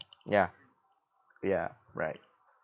ya ya right